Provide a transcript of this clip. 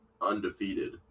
undefeated